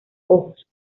ojos